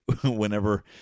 whenever